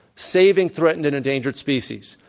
saving threatened and endangered species,